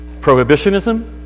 prohibitionism